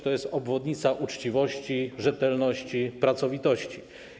To jest obwodnica uczciwości, rzetelności i pracowitości.